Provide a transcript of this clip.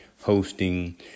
hosting